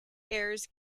errors